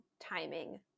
timing